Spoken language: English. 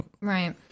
Right